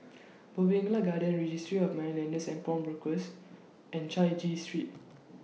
Bougainvillea Garden Registry of Moneylenders and Pawnbrokers and Chai Chee Street